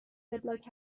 وبلاگ